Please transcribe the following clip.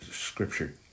Scripture